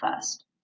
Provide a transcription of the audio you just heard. first